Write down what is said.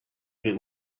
good